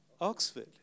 Oxford